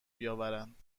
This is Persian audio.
بیاورند